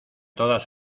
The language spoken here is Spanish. todas